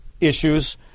issues